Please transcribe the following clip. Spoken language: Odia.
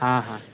ହଁ ହଁ